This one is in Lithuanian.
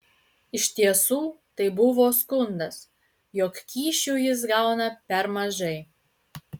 iš tiesų tai buvo skundas jog kyšių jis gauna per mažai